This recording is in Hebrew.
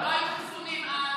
לא היו חיסונים אז,